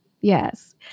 Yes